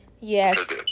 Yes